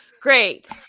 Great